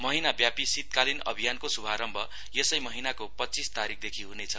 महिनाव्यापी शीतकालीन अभियानको श्भारम्भ यसै महिनाको पञ्चीस तारिकदेखि हुनेछ